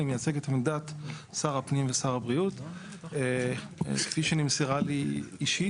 אני מייצג את עמדת שר הפנים ושר הבריאות כפי שנמסרה לי אישית,